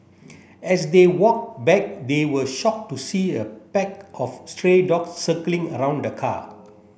as they walked back they were shocked to see a pack of stray dogs circling around the car